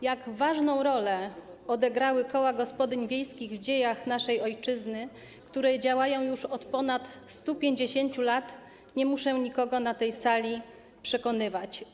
Jak ważną rolę odegrały koła gospodyń wiejskich w dziejach naszej ojczyzny, w której działają już od ponad 150 lat, nie muszę nikogo na tej sali przekonywać.